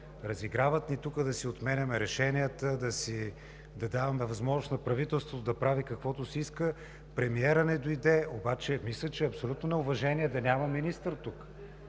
разиграват да си отменяме решенията, да даваме възможност на правителството да прави каквото си иска. Премиерът не дойде, обаче мисля, че е абсолютно неуважение да няма министър тук.